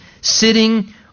sitting